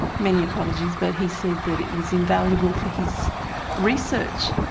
many apologies, but he said that it was invaluable for his research.